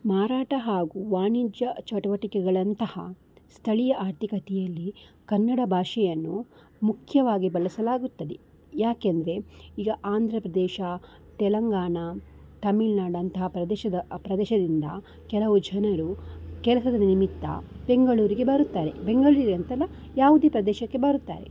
ಮಾರಾಟ ಹಾಗೂ ವಾಣಿಜ್ಯ ಚಟುವಟಿಕೆಗಳಂತಹ ಸ್ಥಳೀಯ ಆರ್ಥಿಕತೆಯಲ್ಲಿ ಕನ್ನಡ ಭಾಷೆಯನ್ನು ಮುಖ್ಯವಾಗಿ ಬಳಸಲಾಗುತ್ತದೆ ಯಾಕೆಂದರೆ ಈಗ ಆಂಧ್ರ ಪ್ರದೇಶ ತೆಲಂಗಾಣ ತಮಿಳುನಾಡು ಅಂತಹ ಪ್ರದೇಶದ ಪ್ರದೇಶದಿಂದ ಕೆಲವು ಜನರು ಕೆಲಸದ ನಿಮಿತ್ತ ಬೆಂಗಳೂರಿಗೆ ಬರುತ್ತಾರೆ ಬೆಂಗಳೂರು ಅಂತಲ್ಲ ಯಾವುದೇ ಪ್ರದೇಶಕ್ಕೆ ಬರುತ್ತಾರೆ